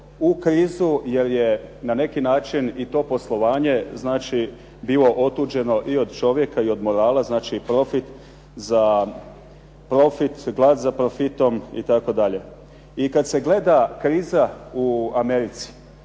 u krizu jer je na neki način i to poslovanje znači bilo otuđeno i od čovjeka i od morala. Znači profit, glad za profitom itd. I kad se gleda kriza u Americi